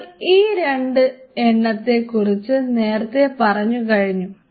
നമ്മൾ ഈ രണ്ട് എണ്ണത്തെക്കുറിച്ച് നേരത്തെ പറഞ്ഞു കഴിഞ്ഞു